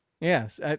Yes